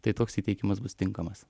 tai toks įteikimas bus tinkamas